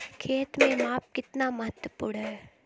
खेत में माप कितना महत्वपूर्ण है?